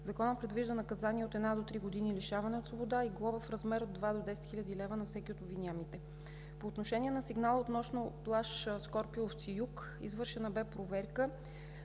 Законът предвижда наказание от една до три години лишаване от свобода и глоба в размер от 2 до 10 хил. лв. на всеки от обвиняемите. По отношение на сигнала относно плаж „Шкорпиловци – юг“ – извършена бе проверка,